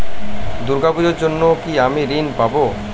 দুর্গা পুজোর জন্য কি আমি ঋণ পাবো?